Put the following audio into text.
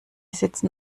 sitzen